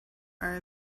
are